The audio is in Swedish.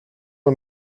och